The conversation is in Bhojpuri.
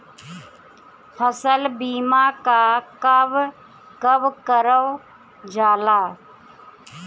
फसल बीमा का कब कब करव जाला?